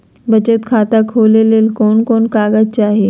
बचत खाता खोले ले कोन कोन कागज चाही?